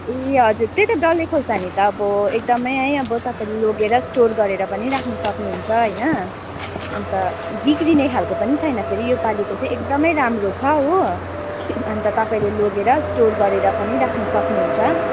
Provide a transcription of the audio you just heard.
ए हजुर त्यही त डल्ले खोर्सानी त अब एकदम नै अब तपाईँले लगेर स्टोर गरेर पनि राख्नु सक्नुहुन्छ होइन अन्त बिग्रिने खालको पनि छैन फेरि योपालिको चाहिँ एकदमै राम्रो छ हो अन्त तपाईँले लगेर स्टोर गरेर पनि राख्नु सक्नुहुन्छ